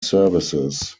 services